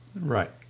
right